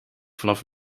vanaf